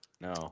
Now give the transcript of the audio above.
No